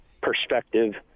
perspective